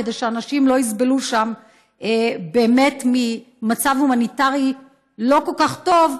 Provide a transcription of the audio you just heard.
כדי שאנשים לא יסבלו שם באמת ממצב הומניטרי לא כל כך טוב,